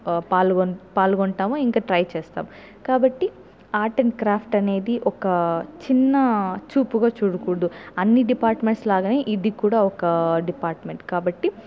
పాల్గోన్ పాల్గొంటాం ఇంక ట్రై చేస్తాం కాబట్టి ఆర్ట్ అండ్ క్రాఫ్ట్ అనేది ఒక చిన్న చూపుగా చూడకూడదు అన్ని డిపార్ట్మెంట్స్ లాగానే ఇది కూడా ఒక డిపార్ట్మెంట్ కాబట్టి